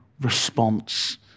response